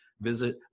visit